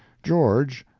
george,